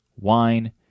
Wine